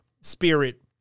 spirit